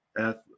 athletes